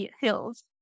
hills